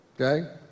Okay